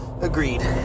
Agreed